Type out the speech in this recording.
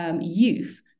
youth